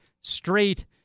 straight